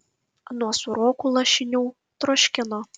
nuo sūrokų lašinių troškino